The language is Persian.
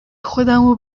خودمو